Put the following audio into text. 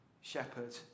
shepherd